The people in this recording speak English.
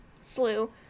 slew